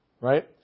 right